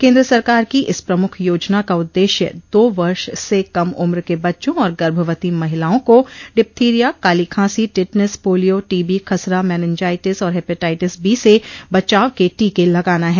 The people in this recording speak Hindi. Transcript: केन्द्र सरकार की इस प्रमुख योजना का उद्देश्य दो वर्ष से कम उम्र के बच्चों और गर्भवती महिलाओं को डिप्थिरिया काली खांसी टिटनेस पोलियो टीबी खसरा मेनिनजाइटिस और हेपेटाइटिस बी से बचाव के टीके लगाना है